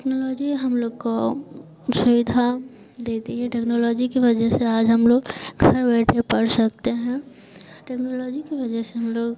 technology हम लोग को सुविधा देती है टेक्नोलॉजी की वजह से आज हम लोग घर बैठे पढ़ सकते हैं टेक्नोलॉजी की वजह से हम लोग